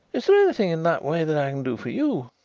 is there anything in that way that i can do for you?